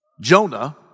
Jonah